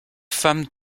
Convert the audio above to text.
femme